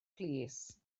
plîs